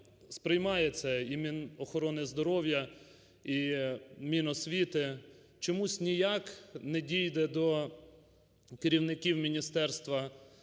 сприймає це, і Мінохорониздоров'я, і Міносвіти чомусь ніяк не дійде до керівників Міністерства